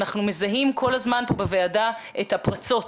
אנחנו מזהים כל הזמן פה בוועדה את הפרצות,